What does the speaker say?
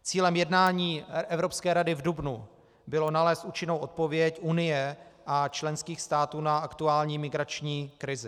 Cílem jednání Evropské rady v dubnu bylo nalézt účinnou odpověď Unie a členských států na aktuální migrační krizi.